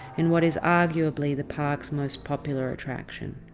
in what is arguably the park's most popular attraction.